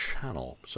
channel